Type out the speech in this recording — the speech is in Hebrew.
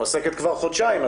מועסקת כבר חודשיים,